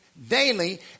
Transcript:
daily